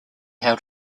held